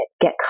get